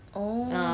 oh